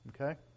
okay